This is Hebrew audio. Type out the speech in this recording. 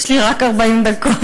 יש לי רק 40 דקות.